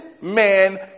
man